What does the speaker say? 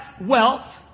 wealth